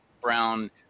Brown